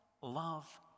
love